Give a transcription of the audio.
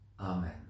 Amen